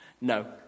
No